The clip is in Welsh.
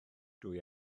dwi